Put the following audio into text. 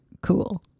cool